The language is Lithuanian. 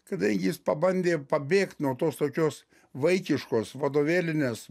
kada jis pabandė pabėgt nuo tos tokios vaikiškos vadovėlinės